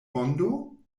mondo